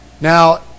now